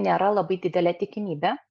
nėra labai didelė tikimybė